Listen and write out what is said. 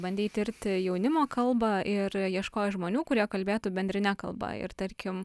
bandei tirti jaunimo kalbą ir ieškojai žmonių kurie kalbėtų bendrine kalba ir tarkim